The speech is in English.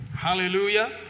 Hallelujah